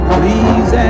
Please